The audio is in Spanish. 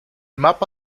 mapa